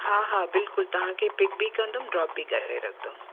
हा हा बिल्कुलु तव्हांखे पिक बि कंदुमि ड्रॉप बि करे रखदुमि